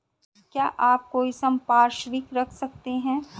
क्या आप कोई संपार्श्विक रख सकते हैं?